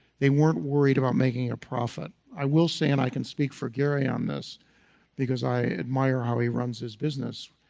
they weren't worried about making a profit. i will say, and i can speak for gary on this because i admire how he runs his business.